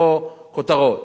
לא כותרות.